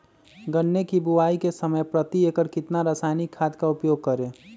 गन्ने की बुवाई के समय प्रति एकड़ कितना रासायनिक खाद का उपयोग करें?